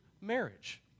marriage